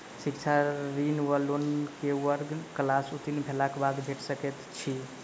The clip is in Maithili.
शिक्षा ऋण वा लोन केँ वर्ग वा क्लास उत्तीर्ण भेलाक बाद भेट सकैत छी?